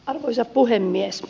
arvoisa puhemies